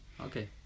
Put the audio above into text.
Okay